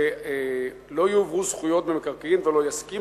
שלא יועברו זכויות במקרקעין ולא יסכים